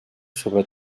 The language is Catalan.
sobre